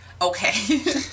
Okay